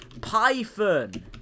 Python